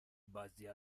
بازیا